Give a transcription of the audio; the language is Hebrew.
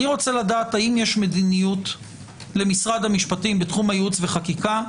אני רוצה לדעת האם יש מדיניות למשרד המשפטים בתחום הייעוץ והחקיקה?